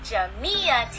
Jamia